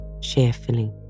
Cheerfully